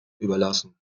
überlassen